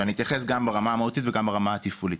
ואני אתייחס גם ברמה המהותית וגם ברמה התפעולית.